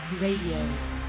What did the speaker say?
Radio